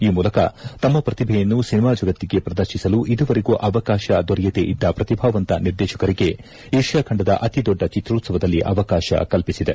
ಈ ಮೂಲಕ ತಮ್ನ ಪ್ರತಿಭೆಯನ್ನು ಸಿನೆಮಾ ಜಗತ್ತಿಗೆ ಪ್ರದರ್ಶಿಸಲು ಇದುವರೆಗೂ ಅವಕಾಶ ದೊರೆಯದೇ ಇದ್ದ ಪ್ರತಿಭಾವಂತ ನಿರ್ದೇಶಕರಿಗೆ ಏಷ್ಯಾ ಖಂಡದ ಅತಿ ದೊಡ್ಡ ಚಿತ್ರೋತ್ಸವದಲ್ಲಿ ಅವಕಾಶ ಕಲ್ಪಿಸಿದೆ